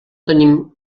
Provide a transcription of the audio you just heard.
tenim